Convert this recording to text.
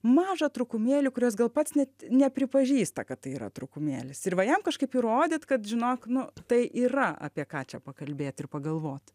mažą trūkumėlį kurio jis gal pats net nepripažįsta kad tai yra trūkumėlis ir va jam kažkaip įrodyt kad žinok nu tai yra apie ką čia pakalbėti ir pagalvot